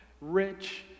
rich